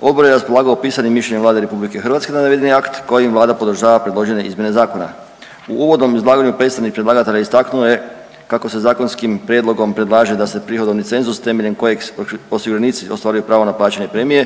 Odbor je raspolagao pisanim mišljenjem Vlade RH navedeni akt kojim Vlada podržava predložene izmjene zakona. U uvodnom izlaganju predstavnik predlagatelja istaknuo je kako se zakonskim prijedlogom predlaže da se prihodovni cenzus temeljem kojeg osiguranici ostvaruju pravo na plaćanje premije